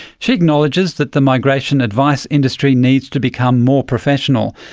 she acknowledges that the migration advice industry needs to become more professional,